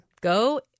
Go